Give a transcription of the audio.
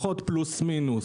פלוס מינוס.